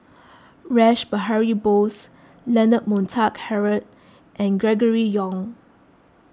Rash Behari Bose Leonard Montague Harrod and Gregory Yong